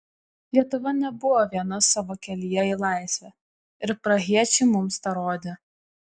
lietuva nebuvo viena savo kelyje į laisvę ir prahiečiai mums tą rodė